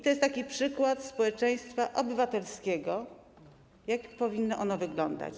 To jest taki przykład społeczeństwa obywatelskiego, jak powinno ono wyglądać.